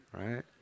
right